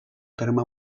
terme